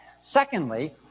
Secondly